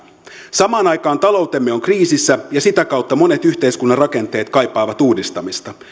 samaan aikaan taloutemme on kriisissä ja sitä kautta monet yhteiskunnan rakenteet kaipaavat uudistamista